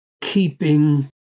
keeping